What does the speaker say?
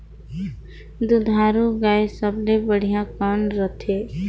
दुधारू गाय सबले बढ़िया कौन रथे?